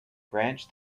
branch